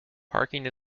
parking